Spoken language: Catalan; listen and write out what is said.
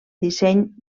disseny